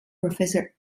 professor